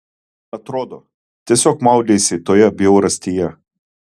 atrodo tiesiog maudeisi toje bjaurastyje